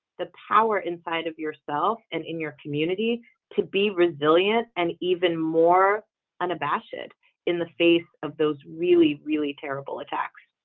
the power inside of yourself and in your community to be resilient and even more unabashedly in the face of those really really terrible attacks